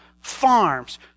farms